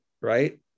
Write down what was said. right